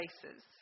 places